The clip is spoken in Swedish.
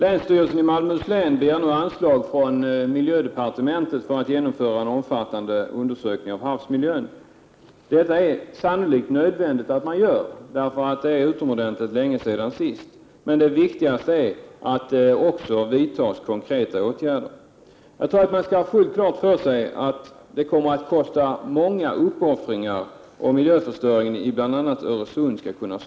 Länsstyrelsen i Malmöhus län begär nu anslag från miljödepartementet för att genomföra en omfattande undersökning av havsmiljön, och det är sannolikt nödvändigt. Det var ju mycket länge sedan man senast gjorde det. Det viktigaste är dock att det vidtas konkreta åtgärder. Vi skall ha klart för oss att det kommer att kosta stora uppoffringar för att kunna stoppa miljöförstöringen i bl.a. Öresund.